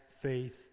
faith